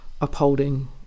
upholding